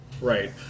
Right